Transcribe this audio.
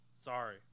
Sorry